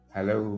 Hello